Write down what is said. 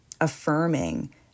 affirming